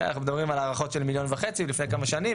אנחנו מדברים על הערכות של 1.5 מיליון מלפני כמה שנים,